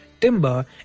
timber